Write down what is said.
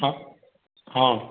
অঁ অঁ